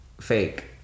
fake